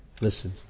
Listen